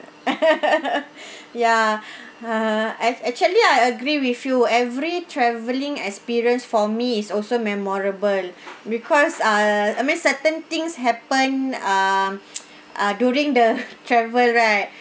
ya uh act~ actually I agree with you every travelling experience for me is also memorable because uh I mean certain things happened um uh during the travel right